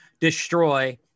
destroy